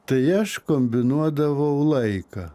tai aš kombinuodavau laiką